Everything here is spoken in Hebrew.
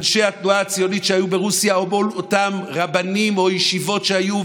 אנשי התנועה הציונית שהיו ברוסיה או מול אותם רבנים או ישיבות שהיו.